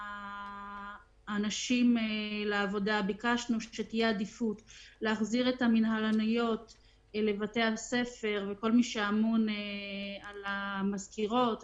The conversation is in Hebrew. האנשים לעבודה - שתהיה עדיפות להחזיר את כל מי שאמון על המזכירות,